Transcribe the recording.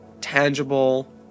tangible